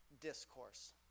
discourse